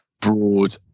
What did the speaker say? broad